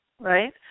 right